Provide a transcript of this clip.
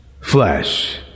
flesh